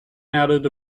added